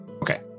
Okay